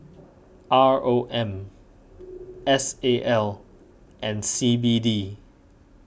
R O M S A L and C B D